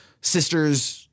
sisters